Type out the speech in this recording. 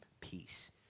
peace